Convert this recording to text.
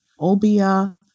Obia